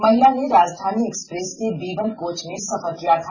महिला ने राजधानी एक्सप्रेस के बी वन कोच में सफर किया था